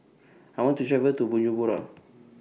I want to travel to Bujumbura